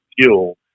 fuel